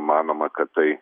manoma kad tai